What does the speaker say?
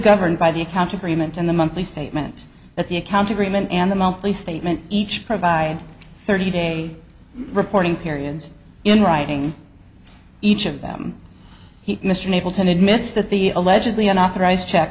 agreement and the monthly statement that the account agreement and the monthly statement each provide thirty day reporting periods in writing each of them he mr unable to admits that the allegedly unauthorized check